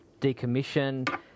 decommission